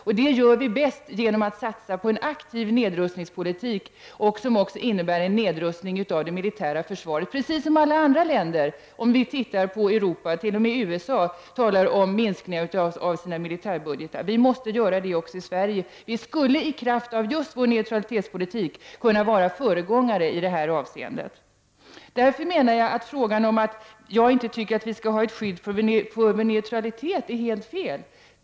Och det gör vi bäst genom att satsa på en aktiv nedrustningspolitik som även innebär en nedrustning av det militära försvaret. Detta görs ju i alla andra länder i Europa. Till och med USA talar om minskningar av sina militärbudgetar. Detta måste ske även i Sverige. Vii Sverige skulle, just i kraft av vår neutralitetspolitik, kunna vara föregångare i detta avseende. Därför menar jag att det som sägs om att jag inte anser att vi skall ha ett skydd för vår neutralitet är helt fel.